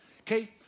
Okay